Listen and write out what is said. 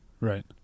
right